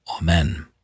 Amen